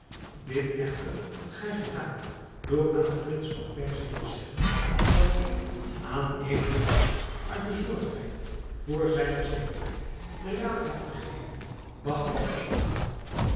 dit echter hebt gij gedaan door aan den prins van perzië te zeggen dat ik aan ebn thahar uit bezorgdheid voor zijne zekerheid den raad heb gegeven bagdad te verlaten